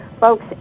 Folks